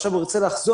ועכשיו הוא ירצה לחזור,